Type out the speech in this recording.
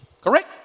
Correct